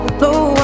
blow